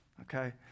Okay